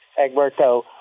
Egberto